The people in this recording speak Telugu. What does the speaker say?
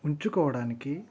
ఉంచుకోవడానికి